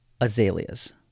azaleas